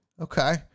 Okay